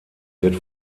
wird